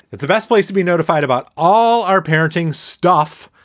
it's the best place to be notified about all our parenting stuff,